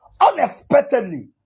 unexpectedly